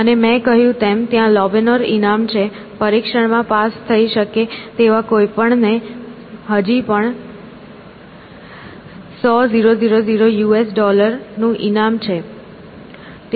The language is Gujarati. અને મેં કહ્યું તેમ ત્યાં લોબેનર ઇનામ છે પરીક્ષણમાં પાસ થઈ શકે તેવા કોઈપણ ને હજી પણ 100000 યુએસ ડોલર 100000 US dollars નું ઇનામ છે